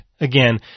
Again